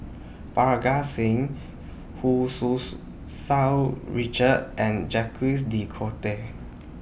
Parga Singh Hu Tsu's Sau Richard and Jacques De Coutre